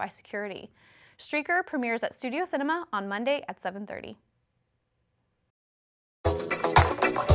by security stricker premieres at studio cinema on monday at seven thirty s